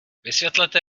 vysvětlete